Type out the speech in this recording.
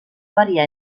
variar